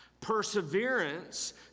Perseverance